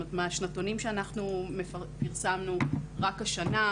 מהשנתונים שאנחנו פרסמנו רק השנה,